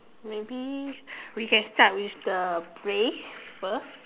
maybe we can start with the place first